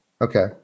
Okay